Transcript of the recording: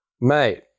Mate